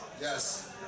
Yes